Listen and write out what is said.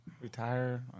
retire